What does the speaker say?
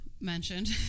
mentioned